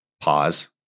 pause